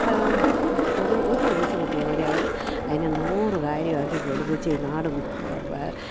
ഒരു ഒരു ന്യൂസ് കിട്ടിയാൽ മതി അവർ അതിനെ നൂറ് കാര്യമാക്കി പൊലിപ്പിച്ചു ഈ നാടും